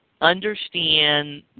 understand